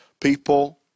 people